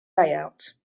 layout